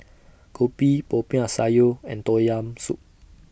Kopi Popiah Sayur and Tom Yam Soup